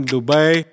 Dubai